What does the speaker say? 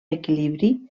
equilibri